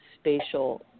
spatial